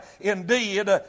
indeed